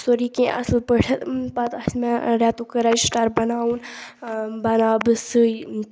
سورُے کیںٛہہ اَصٕل پٲٹھ پَتہٕ آسہِ مےٚ رٮ۪تُک رٮ۪جِسٹَر بَناوُن بَناو بہٕ سُے